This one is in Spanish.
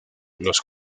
los